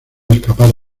escapar